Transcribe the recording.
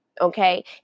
okay